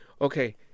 Okay